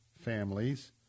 families